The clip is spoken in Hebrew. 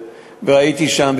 הייתי שם,